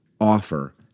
offer